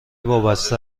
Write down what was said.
وابسته